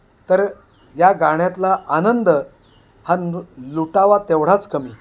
तर या गाण्यातला आनंद हा लुटावा तेवढाच कमी